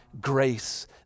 grace